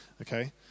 Okay